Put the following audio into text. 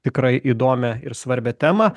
tikrai įdomią ir svarbią temą